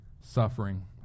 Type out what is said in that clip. suffering